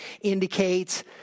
indicates